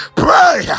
pray